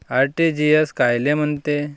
RTGS कायले म्हनते?